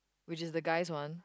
which is the guy's one